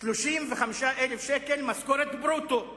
35,000 שקל משכורת ברוטו.